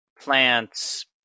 plants